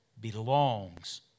belongs